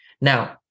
Now